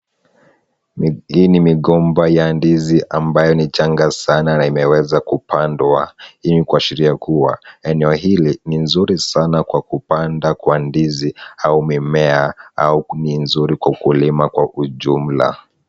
Hii ni migomba ya ndizi ambayo ni changa sana na imeweza kupandwa. Hili ni kuashiria kwamba, eneo hili ni nzuri sana kwa kupanda kwa ndizi au mimea au ni nzuri kwa ukulima kwa ujumla.